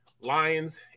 lions